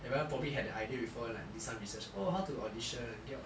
everyone probably had the idea before did some research like oh how to audition get what